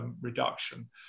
reduction